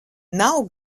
nav